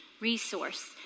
resource